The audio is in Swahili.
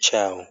chao.